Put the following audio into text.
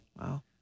wow